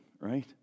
right